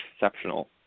exceptional